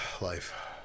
life